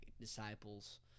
disciples